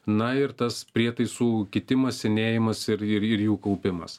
na ir tas prietaisų kitimas senėjimas ir ir jų kaupimas